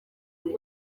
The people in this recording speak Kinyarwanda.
buri